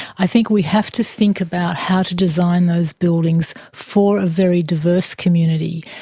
i think we have to think about how to design those buildings for a very diverse community.